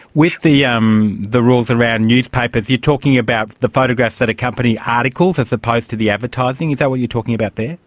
with the um the rules around newspapers, you're talking about the photographs that accompany articles as opposed to the advertising, is that what you're talking about there?